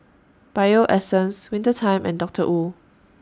Bio Essence Winter Time and Doctor Wu